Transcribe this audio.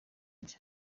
ajya